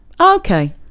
Okay